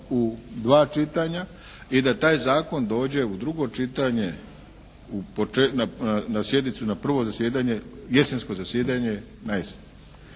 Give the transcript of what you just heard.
u dva čitanja i da taj zakon dođe u drugo čitanje na sjednicu, na prvo zasjedanje, jesensko zasjedanje na jesen,